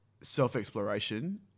self-exploration